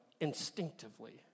instinctively